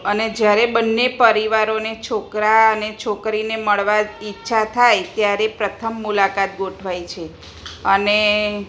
અને જ્યારે બંને પરિવારોને છોકરા અને છોકરીને મળવા ઈચ્છા થાય ત્યારે પ્રથમ મુલાકાત ગોઠવાય છે અને